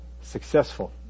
successful